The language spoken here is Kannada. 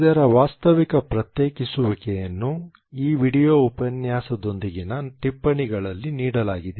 ಇದರ ವಾಸ್ತವಿಕ ಪ್ರತ್ಯೇಕಿಸುವಿಕೆಯನ್ನು ಈ ವೀಡಿಯೊ ಉಪನ್ಯಾಸದೊಂದಿಗಿನ ಟಿಪ್ಪಣಿಗಳಲ್ಲಿ ನೀಡಲಾಗಿದೆ